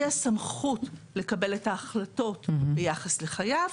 הסמכות לקבל את ההחלטות ביחס לחייו,